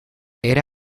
era